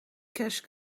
cache